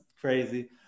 crazy